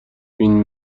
فین